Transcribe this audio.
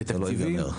תנוע.